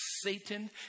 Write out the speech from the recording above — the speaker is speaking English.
Satan